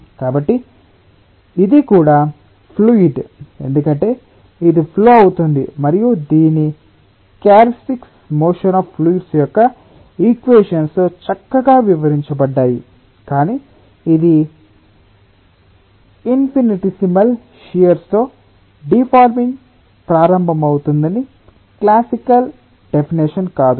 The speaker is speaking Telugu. కాబట్టి ఇది కూడా ఫ్లూయిడ్ ఎందుకంటే ఇది ఫ్లో అవుతుంది మరియు దీని క్యారెక్టర్స్టిక్స్ మోషన్ అఫ్ ఫ్లూయిడ్స్ యొక్క ఇక్వెషన్స్ తో చక్కగా వివరించబడ్డాయి కాని ఇది ఇన్ఫినిటేసిమల్ షియర్ తో డిఫార్మింగ్ ప్రారంభమవుతుందని క్లాసికల్ డెఫినెషన్ కాదు